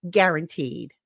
guaranteed